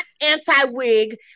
anti-wig